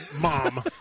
mom